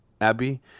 Abby